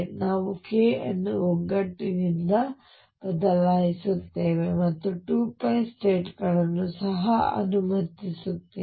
ನಾವು k ಅನ್ನು ಒಗ್ಗಟ್ಟಿನಿಂದ ಬದಲಾಯಿಸುತ್ತೇವೆ ಮತ್ತು 2 ಸ್ಟೇಟ್ ಗಳನ್ನು ಸಹ ಅನುಮತಿಸುತ್ತೇವೆ